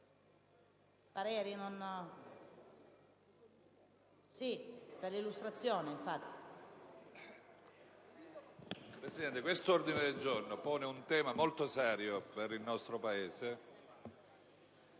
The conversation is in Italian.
Presidente, l'ordine del giorno G5.100 pone un tema molto serio per il nostro Paese,